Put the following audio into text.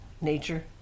Nature